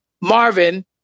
Marvin